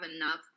enough